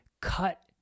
cut